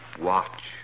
Watch